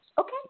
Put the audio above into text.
Okay